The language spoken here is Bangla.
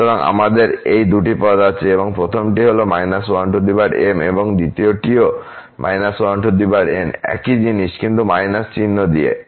সুতরাং আমাদের এই দুটি পদ আছে এবং প্রথমটি হল −1 n এবং দ্বিতীয়টিও −1 n একই জিনিস কিন্তু − চিহ্ন দিয়ে